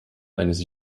eines